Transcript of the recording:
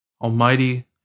Almighty